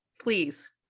please